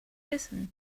listen